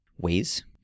ways